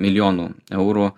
milijonų eurų